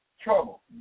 trouble